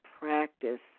practice